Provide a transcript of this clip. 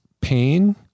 pain